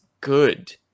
good